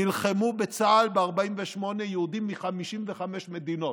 נלחמו בצה"ל ב-1948, יהודים מ-55 מדינות.